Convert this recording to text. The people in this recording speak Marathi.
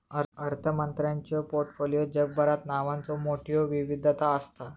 अर्थमंत्र्यांच्यो पोर्टफोलिओत जगभरात नावांचो मोठयो विविधता असता